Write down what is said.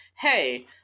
hey